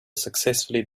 successfully